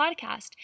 podcast